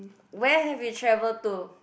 where have you travelled to